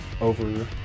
over